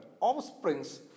offsprings